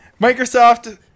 Microsoft